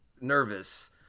nervous